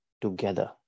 together